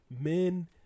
men